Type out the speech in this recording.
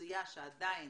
אוכלוסייה שעדיין